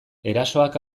erasoak